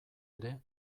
ere